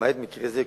למעט מקרה זה,